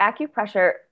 acupressure